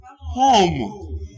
home